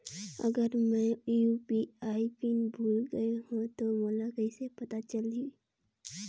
अगर मैं UPI pin भुल गये हो तो मोला कइसे पता चलही?